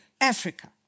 Africa